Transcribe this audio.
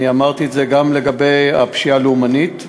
אני אמרתי את זה גם לגבי הפשיעה הלאומנית,